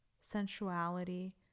sensuality